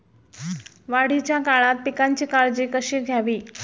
वाढीच्या काळात पिकांची काळजी कशी घ्यावी?